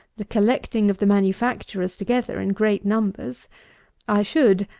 the collecting of the manufacturers together in great numbers i should,